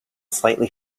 slightly